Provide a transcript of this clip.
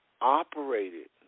Operated